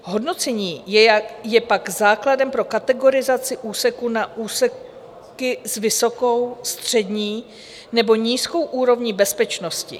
Hodnocení je pak základem pro kategorizaci úseků na úseky s vysokou, střední nebo nízkou úrovní bezpečnosti.